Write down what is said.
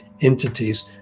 entities